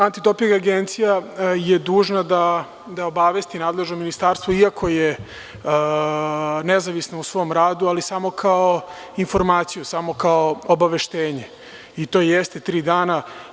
Antidoping agencija je dužna da obavesti nadležno ministarstvo, iako je nezavisno u svom radu, ali samo kao informaciju, samo kao obaveštenje i to jeste tri dana.